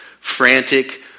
frantic